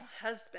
husband